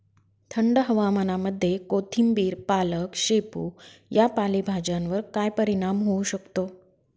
थंड हवामानामध्ये कोथिंबिर, पालक, शेपू या पालेभाज्यांवर काय परिणाम होऊ शकतो?